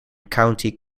county